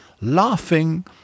laughing